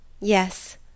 Yes